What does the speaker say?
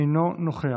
אינו נוכח,